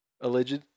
alleged